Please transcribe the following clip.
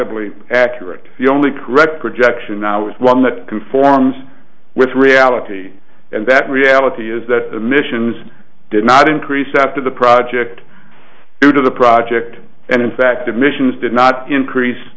bly accurate the only correct projection now is one that conforms with reality and that reality is that the missions did not increase after the project due to the project and in fact emissions did not increase